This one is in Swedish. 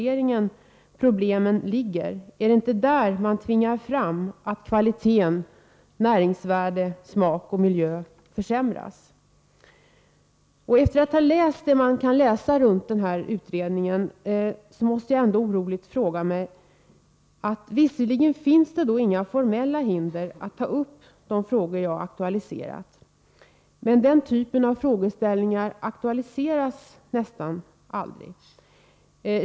Tvingar vi inte fram en rationalisering som får till följd att kvaliteten, näringsvärdet, smaken och miljön försämras? Efter att ha läst det man kan läsa om utredningen måste jag oroligt ställa en fråga. Visserligen finns det inga formella hinder att ta upp de saker jag aktualiserat — men den typen av frågeställningar aktualiseras ju nästan aldrig.